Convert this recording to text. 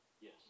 Yes